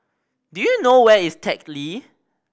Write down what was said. do you know where is Teck Lee